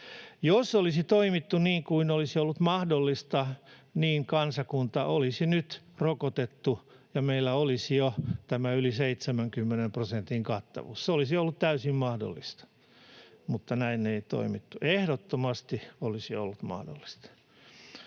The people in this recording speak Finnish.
Jos olisi toimittu niin kuin olisi ollut mahdollista, kansakunta olisi nyt rokotettu ja meillä olisi jo tämä yli 70 prosentin kattavuus. Se olisi ollut täysin mahdollista, mutta näin ei toimittu. [Paavo Arhinmäki: Ei olisi!]